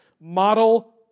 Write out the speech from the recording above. model